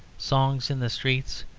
songs in the streets,